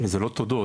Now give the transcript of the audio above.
זה לא תודות,